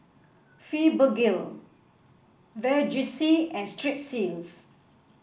Fibogel Vagisil and Strepsils